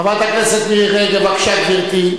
חברת הכנסת מירי רגב, בבקשה, גברתי.